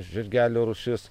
žirgelių rūšis